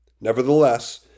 Nevertheless